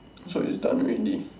so it's done already